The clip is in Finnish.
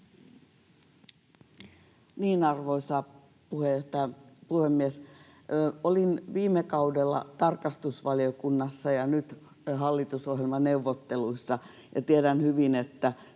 Arvoisa puhemies! Olin viime kaudella tarkastusvaliokunnassa ja nyt hallitusohjelmaneuvotteluissa ja tiedän hyvin, että